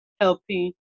helping